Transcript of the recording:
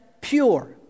pure